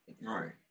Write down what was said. Right